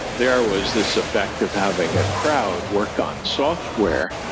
there was this effect of having a crowd work on software.